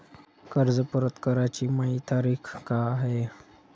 कर्ज परत कराची मायी तारीख का हाय?